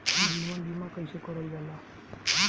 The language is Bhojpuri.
जीवन बीमा कईसे करल जाला?